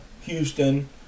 Houston